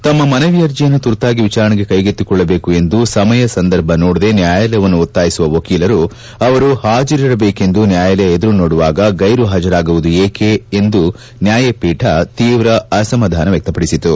ತಮ್ನ ಮನವಿ ಅರ್ಜಿಯನ್ನು ತುರ್ತಾಗಿ ವಿಚಾರಣೆಗೆ ಕೈಗೆಕ್ತಿಕೊಳ್ಳಬೇಕು ಎಂದು ಸಮಯ ಸಂದರ್ಭ ನೋಡದೇ ನ್ಯಾಯಾಲಯವನ್ನು ಒತ್ತಾಯಿಸುವ ವಕೀಲರು ಅವರು ಹಾಜರಿರಬೇಕೆಂದು ನ್ನಾಯಾಲಯ ಎದುರು ನೋಡುವಾಗ ಗೈರು ಹಾಜರಾಗುವುದು ಏಕೆ ಎಂದು ನ್ತಾಯಪೀಠ ತೀವ್ರ ಅಸಮಾಧಾನ ವ್ಯಕ್ತಪಡಿಸಿತು